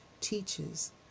teaches